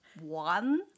one